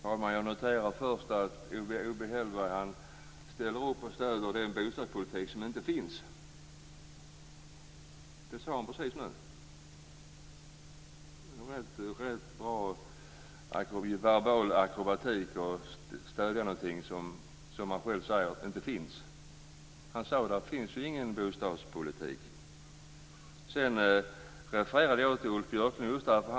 Fru talman! Jag noterar först att Owe Hellberg ställer upp för och stöder den bostadspolitik som inte finns. Det sade han precis nu. Det är rätt bra verbal akrobatik att stödja någonting som man själv säger inte finns. Owe Hellberg sade: Det finns ingen bostadspolitik. Sedan refererade jag till Ulf Björklund.